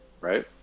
right